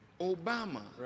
Obama